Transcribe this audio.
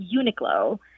Uniqlo